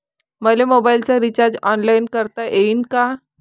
मले मोबाईलच recharge online करता येईन का?